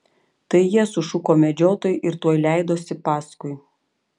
tai jie sušuko medžiotojai ir tuoj leidosi paskui